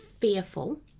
fearful